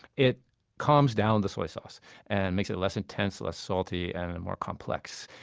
it calms down the soy sauce and makes it less intense, less salty, and and more complex.